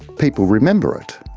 people remember it,